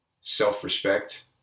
self-respect